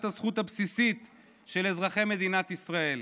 הזכות הבסיסית של אזרחי מדינת ישראל,